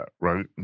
right